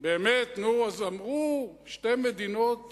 באמת, נו אז אמרו שתי מדינות